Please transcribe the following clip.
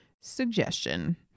suggestion